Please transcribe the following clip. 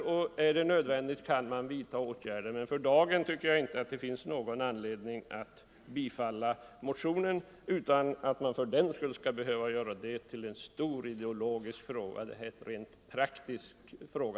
Blir det nödvändigt kan åtgärder vidtas. För dagen tycker jag inte att det finns någon anledning att bifalla motionen. Jag tycker inte heller att det finns anledning att göra detta till en stor ideologisk fråga — det är en rent praktisk fråga.